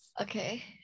Okay